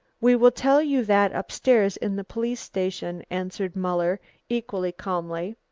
we will tell you that upstairs in the police station, answered muller equally calmly,